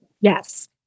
Yes